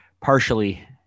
partially